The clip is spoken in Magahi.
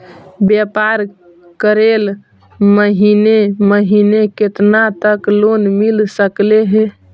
व्यापार करेल महिने महिने केतना तक लोन मिल सकले हे?